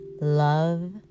love